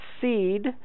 seed